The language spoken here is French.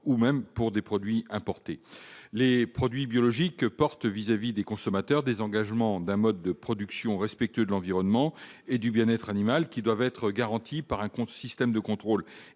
ou pour des produits importés. Les produits biologiques portent, vis-à-vis des consommateurs, des engagements d'un mode de production respectueux de l'environnement et du bien-être animal, qui doivent être garantis par un système de contrôle